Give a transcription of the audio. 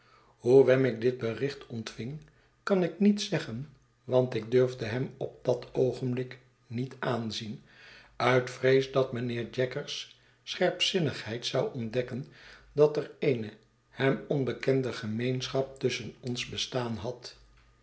hoe wemmick dit bericht ontving kan ik niet zeggen want ik durfde hem op dat oogenblik niet aanzien uit vrees dat mijnheer jaggers scherpzinnigheid zou ontdekken dat er eene hem onbekende gemeenschap tusschen ons bestaan had